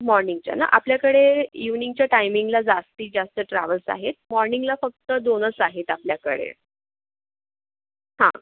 मॉर्निंगच्या ना आपल्याकडे इवनिंगच्या टाइमिंगला जास्तीत जास्त ट्रॅवल्स आहेत मॉर्निंगला फक्त दोनच आहेत आपल्याकडे हां